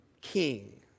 king